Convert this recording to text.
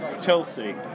Chelsea